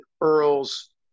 Earl's